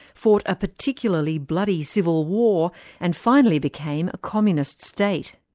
fought a particularly bloody civil war and finally became a communist state.